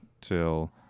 till